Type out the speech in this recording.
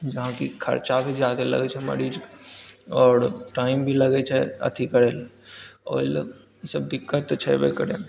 गाँव की खरचा भी जादे लगैत छै मरीजके आओर टाइम भी लगैत छै अथी करै लऽ ओहि लऽ ईसब दिक्कत तऽ छेबे करे